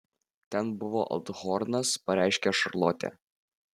ten buvo althornas pareiškė šarlotė